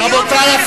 רבותי,